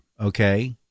Okay